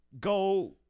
go